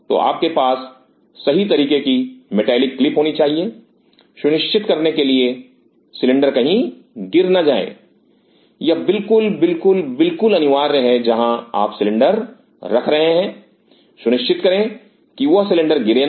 तो आपके पास सही तरीके की मैटेलिक क्लिप होनी चाहिए सुनिश्चित करने के लिए सिलेंडर कहीं गिर ना जाए यह बिल्कुल बिल्कुल बिल्कुल अनिवार्य है जहां आप सिलेंडर रख रहे हैं सुनिश्चित करें की वह सिलेंडर गिरे ना